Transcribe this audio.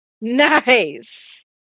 Nice